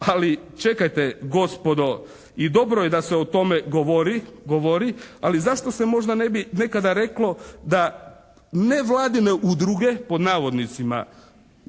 ali čekajte gospodo i dobro je da se o tome govori. Ali zašto se možda ne bi nekada reklo da nevladine udruge, pod navodnicima